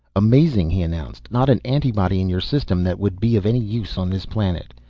amazing, he announced. not an antibody in your serum that would be of any use on this planet.